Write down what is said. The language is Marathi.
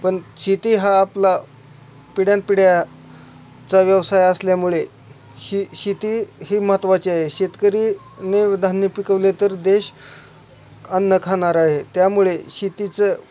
पण शेती हा आपला पिढ्यानपिढ्याचा व्यवसाय असल्यामुळे शी शेती ही महत्त्वाचे आहे शेतकरीने धान्य पिकवले तर देश अन्न खाणार आहे त्यामुळे शेतीचं